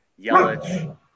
Yelich